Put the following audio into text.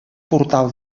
portal